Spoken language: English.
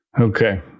Okay